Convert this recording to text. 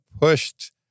pushed